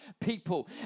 people